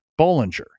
Bollinger